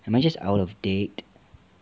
am I just out of date